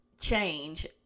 change